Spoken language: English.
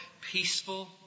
peaceful